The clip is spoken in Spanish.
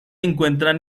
encuentran